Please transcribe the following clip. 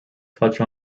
touch